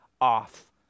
off